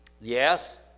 Yes